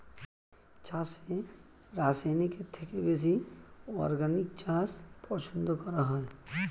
চাষে রাসায়নিকের থেকে বেশি অর্গানিক চাষ পছন্দ করা হয়